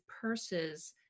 purses